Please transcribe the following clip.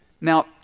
Now